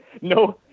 No